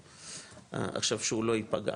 עכשיו שהוא לא יפגע.